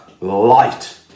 light